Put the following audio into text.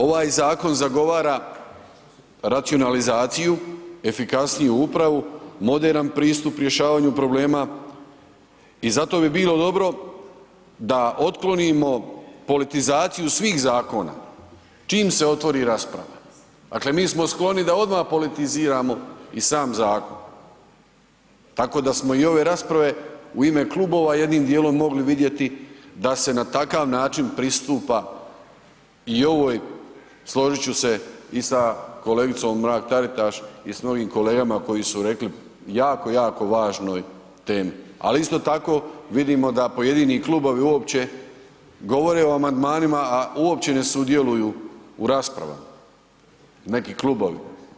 Ovaj zakon zagovora racionalizaciju, efikasniju upravu, moderan pristup rješavanju problema i zato bi bilo dobro da otklonimo politizaciju svih zakona čim se otvori rasprava, dakle mi smo skloni da odmah politiziramo i sam zakon tako da smo i ove rasprave u ime klubova jednim djelom mogli vidjeti da se takav način pristupa i ovoj složit ću se i sa kolegicom Mrak Taritaš i sa mnogim kolegama koji su rekli o jako, jako važnoj temi ali isto tako vidimo pojedini klubovi uopće govore o amandmanima a uopće ne sudjeluju u raspravama neki klubovi.